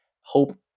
Hope